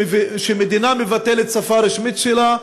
שמדינה מבטלת שפה רשמית שלה,